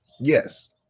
Yes